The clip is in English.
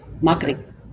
Marketing